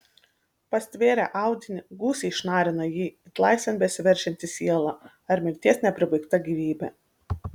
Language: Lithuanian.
pastvėrę audinį gūsiai šnarina jį it laisvėn besiveržianti siela ar mirties nepribaigta gyvybė